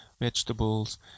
vegetables